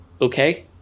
okay